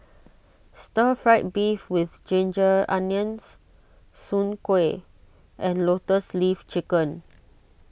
Stir Fried Beef with Ginger Onions Soon Kway and Lotus Leaf Chicken